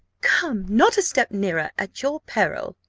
come not a step nearer, at your peril!